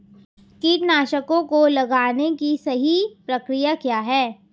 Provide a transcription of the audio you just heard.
कीटनाशकों को लगाने की सही प्रक्रिया क्या है?